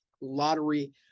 lottery